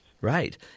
Right